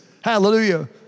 Hallelujah